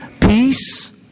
peace